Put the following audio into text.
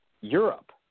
Europe